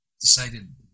decided